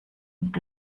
und